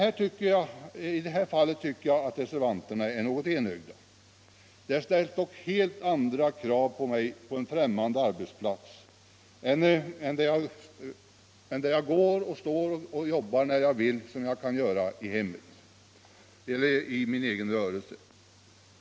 Även i det fallet tycker jag att reservanterna är litet väl enögda: det ställs dock helt andra krav på mig på en främmande arbetsplats än där jag kan gå och jobba som jag vill, såsom jag kan göra i hemmet eller i min egen rörelse.